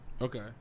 Okay